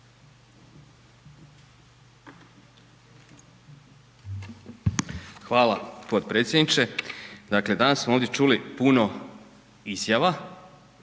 Hvala potpredsjedniče. Dakle, danas smo ovdje čuli puno izjava